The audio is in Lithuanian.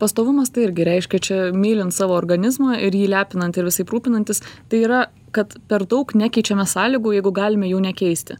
pastovumas tai irgi reiškia čia mylint savo organizmą ir jį lepinant ir visaip rūpinantis tai yra kad per daug nekeičiame sąlygų jeigu galime jų nekeisti